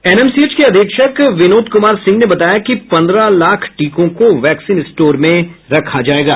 NMCH के अधीक्षक विनोद कुमार सिंह ने बताया कि पंद्रह लाख टीकों को वैक्सीन स्टोर में रखा जाएगा